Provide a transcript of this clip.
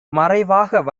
மறைவாக